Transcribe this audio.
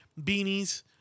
beanies